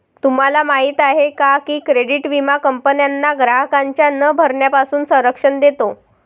तुम्हाला माहिती आहे का की क्रेडिट विमा कंपन्यांना ग्राहकांच्या न भरण्यापासून संरक्षण देतो